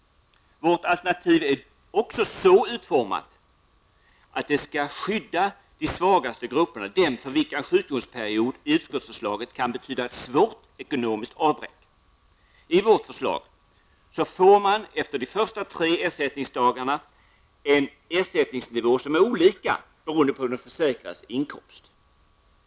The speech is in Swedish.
Vårt alternativ är så utformat att det skall skydda de svagaste grupperna, dem för vilka en sjukdomsperiod i utskottsförslaget kan betyda ett svårt ekonomiskt avbräck. I vårt förslag får man efter de första tre ersättningsdagarna en ersättning som är olika beroende på den försäkrades inkomst.